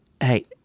hey